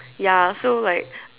ya so like